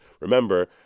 remember